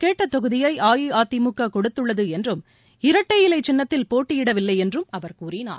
கேட்டதொகுதியைஅஇஅதிமுககொடுத்துள்ளதுஎன்றும் இரட்டை இலைசின்னத்தில் தாங்கள் போட்டியிடவில்லைஎன்றும் அவர் கூறினார்